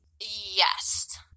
Yes